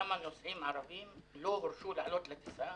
כמה נוסעים ערבים לא הורשו לעלות לטיסה